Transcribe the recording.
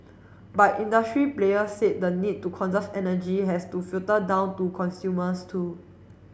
but industry players say the need to conserve energy has to filter down to consumers too